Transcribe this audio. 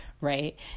right